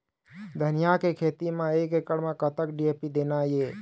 धनिया के खेती म एक एकड़ म कतक डी.ए.पी देना ये?